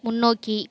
முன்னோக்கி